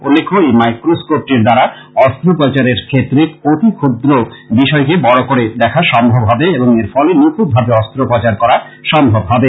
উল্লেখ্য এই মাইক্রোস্কোপটির দ্বারা অস্ত্রোপচারের ক্ষেত্রে ক্ষুদ্রাতিক্ষুদ্র বিষয়কে বড় করে দেখা সম্ভব হবে এবং এরফলে নিখঁতভাবে অস্ত্রোপচার করা সম্ভব হবে